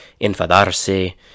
enfadarse